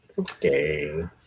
okay